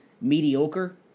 mediocre